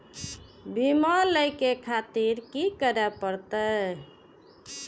बीमा लेके खातिर की करें परतें?